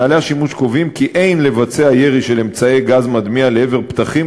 נוהלי השימוש קובעים כי אין לבצע ירי של אמצעי גז מדמיע לעבר פתחים,